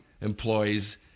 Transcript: employees